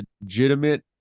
legitimate